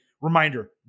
Reminder